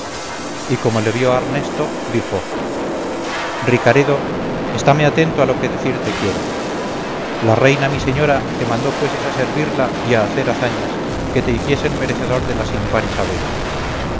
y como le vio arnesto dijo ricaredo estáme atento a lo que decirte quiero la reina mi señora te mandó fueses a servirla y a hacer hazañas que te hiciesen merecedor de la sin par isabela